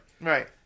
Right